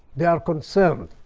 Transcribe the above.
they are concerned.